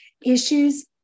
issues